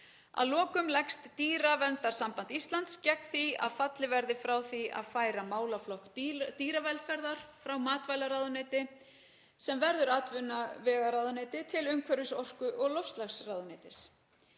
Að lokum leggst Dýraverndarsamband Íslands gegn því að fallið verði frá því að færa málaflokk dýravelferðar frá matvælaráðuneyti, sem verður atvinnuvegaráðuneyti, til umhverfis-, orku- og loftslagsráðuneytis.